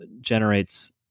generates